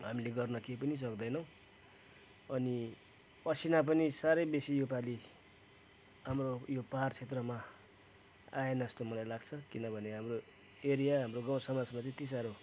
हामीले गर्न के पनि सक्दैनौँ अनि असिना पनि साह्रै बेसी योपालि हाम्रो यो पाहाड क्षेत्रमा आएन जस्तो मलाई लाग्छ किनभने हाम्रो एरिया हाम्रो गाउँ समाजमा त्यति साह्रो